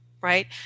right